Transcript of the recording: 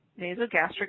Nasogastric